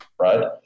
right